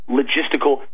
logistical